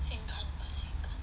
健康不健康